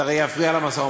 אז הרי זה יפריע למשא-ומתן.